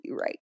right